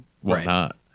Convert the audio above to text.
whatnot